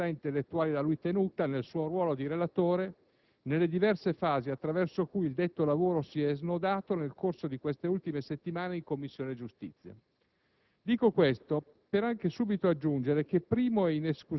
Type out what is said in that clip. la qualità del lavoro svolto dal senatore Di Lello Finuoli e l'onestà intellettuale da lui tenuta nel suo ruolo di relatore nelle diverse fasi attraverso cui il detto lavoro si è snodato nel corso di queste ultime settimane in Commissione giustizia.